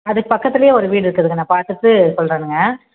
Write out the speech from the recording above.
அதுக்கு பக்கத்துலேயே ஒரு வீடு இருக்குதுங்க நான் பார்த்துட்டு சொல்லுறேனுங்க